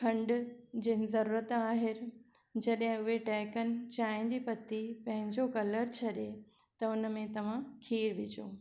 खंडु जिनि ज़रूरत आहे जॾहिं उहे टहिकनि चांहि जी पती पंहिंजो कलर छॾे त हुन में तव्हां खीरु विझो